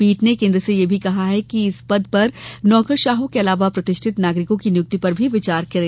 पीठ ने केन्द्र से यह भी कहा है कि इस पद पर नौकरशाहों के अलावा प्रतिष्ठित नागरिकों की नियुक्ति पर भी विचार करें